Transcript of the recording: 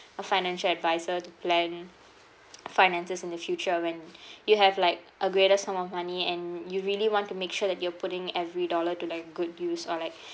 a financial adviser to plan finances in the future when you have like a greater sum of money and you really want to make sure that you are putting every dollar to like good use or like